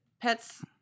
pets